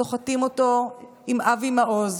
סוחטים אותו עם אבי מעוז.